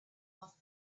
off